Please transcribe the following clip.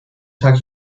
tag